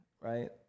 Right